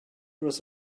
was